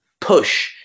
push